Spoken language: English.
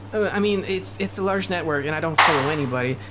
i mean, it's it's a large network, and i don't follow anybody.